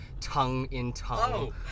tongue-in-tongue